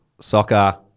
soccer